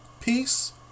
Peace